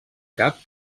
cap